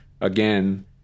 again